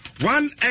One